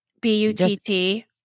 B-U-T-T